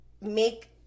make